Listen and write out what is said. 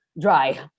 dry